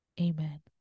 Amen